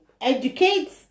Educate